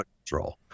control